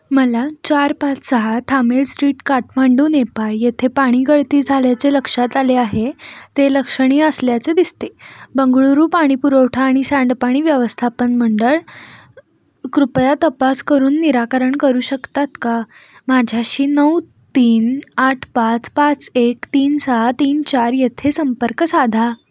मला चार पाच सहा थामेल स्ट्रीट काठमांडू नेपाळ येथे पाणी गळती झाल्याचे लक्षात आले आहे ते लक्षणीय असल्याचे दिसते बंगळूरू पाणी पुरवठा आणि सांडपाणी व्यवस्थापन मंडळ कृपया तपास करून निराकरण करू शकतात का माझ्याशी नऊ तीन आठ पाच पाच एक तीन सहा तीन चार येथे संपर्क साधा